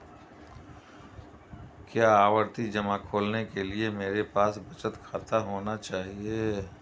क्या आवर्ती जमा खोलने के लिए मेरे पास बचत खाता होना चाहिए?